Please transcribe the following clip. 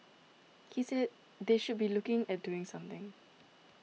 he said they should be looking at doing something